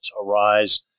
arise